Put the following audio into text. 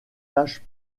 taches